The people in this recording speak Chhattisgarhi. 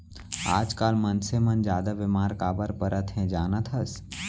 आजकाल मनसे मन जादा बेमार काबर परत हें जानत हस?